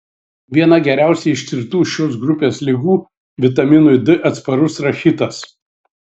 viena geriausiai ištirtų šios grupės ligų vitaminui d atsparus rachitas